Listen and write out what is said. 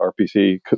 RPC